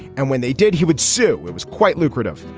and when they did, he would sue. it was quite lucrative.